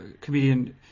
comedian